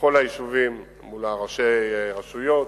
בכל היישובים, מול ראשי הרשויות.